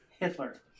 Hitler